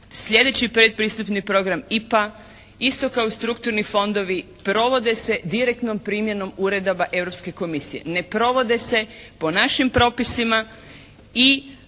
sljedeći predpristupni program «IPA» isto kao i strukturni fondovi provode se direktnom primjenom uredaba Europske komisije. Ne provode se po našim propisima i